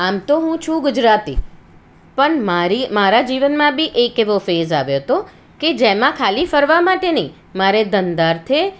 આમ તો હું છું ગુજરાતી પણ મારી મારા જીવનમાં બી એક એવો ફેઝ આવ્યો હતો કે જેમાં ખાલી ફરવા માટે નહીં મારે ધંધાર્થે